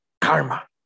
karma